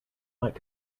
might